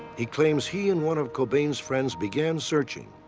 he claims he and one of cobain's friends began searching.